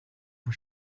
for